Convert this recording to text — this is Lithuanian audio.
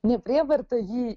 ne prievarta jį